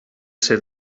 ser